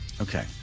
Okay